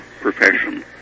profession